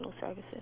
services